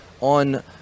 on